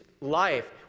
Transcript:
life